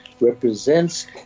represents